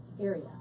area